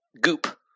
goop